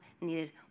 needed